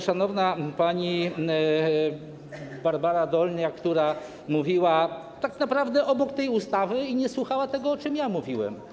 Szanowna pani Barbara Dolniak mówiła tak naprawdę obok tej ustawy i nie słuchała tego, o czym mówiłem.